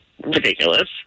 ridiculous